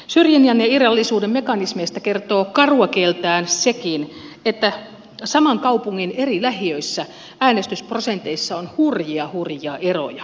syrjinnän ja irrallisuuden mekanismeista kertoo karua kieltään sekin että saman kaupungin eri lähiöissä äänestysprosenteissa on hurjia hurjia eroja